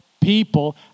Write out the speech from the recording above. people